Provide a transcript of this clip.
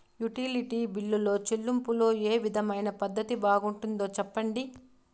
Utility బిల్లులో చెల్లింపులో ఏ విధమైన పద్దతి బాగుంటుందో సెప్పండి?